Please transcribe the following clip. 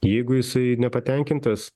jeigu jisai nepatenkintas